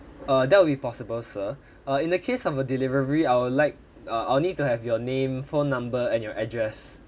uh that will be possible sir uh in the case of a delivery I would like uh I'll need to have your name phone number and your address